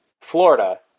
Florida